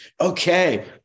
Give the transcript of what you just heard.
okay